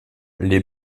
les